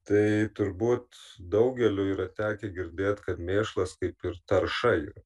tai turbūt daugeliui yra tekę girdėt kad mėšlas kaip ir tarša yra